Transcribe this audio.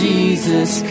Jesus